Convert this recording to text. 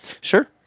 Sure